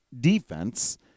defense